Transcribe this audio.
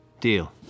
Deal